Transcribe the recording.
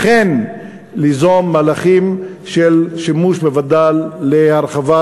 אכן תיזום מהלכים של שימוש בווד"ל להרחבת